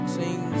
sing